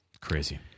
Crazy